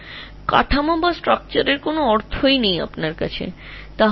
কিন্তু কাঠামো তোমার কাছে কোনও অর্থ বোঝায় না